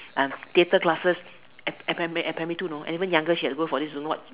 um theatre classes at at primary at primary two you know and even younger she has to go for this don't know what